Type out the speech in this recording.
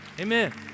Amen